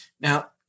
Now